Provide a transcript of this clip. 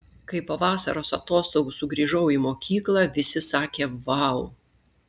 kai po vasaros atostogų sugrįžau į mokyklą visi sakė vau